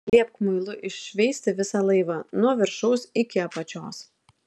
liepk muilu iššveisti visą laivą nuo viršaus iki apačios